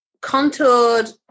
contoured